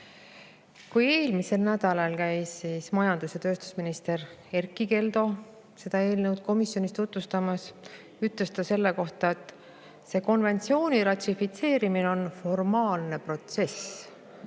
Kui eelmisel nädalal käis majandus- ja tööstusminister Erkki Keldo seda eelnõu komisjonis tutvustamas, ütles ta selle kohta, et see konventsiooni ratifitseerimine on formaalne protsess